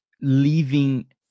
leaving